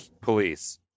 Police